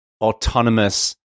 autonomous